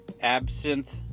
Absinthe